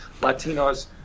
latinos